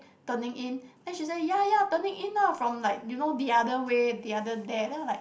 turning in then she say ya ya turning in lah from like you know the other way the other there then I was like